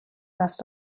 دست